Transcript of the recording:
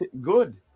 good